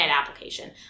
application